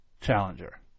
challenger